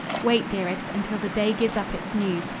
wait, dearest, until the day gives up its news.